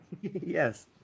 Yes